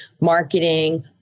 marketing